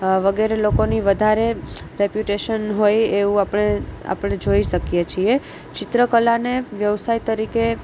વગેરે લોકોની વધારે રેપ્યુટેશન હોય એવું આપણે જોઈ શકીએ છીએ ચિત્રકલાને વ્યવસાય તરીકે